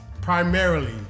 primarily